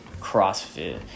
crossfit